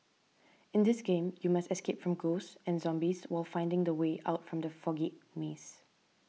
in this game you must escape from ghosts and zombies while finding the way out from the foggy maze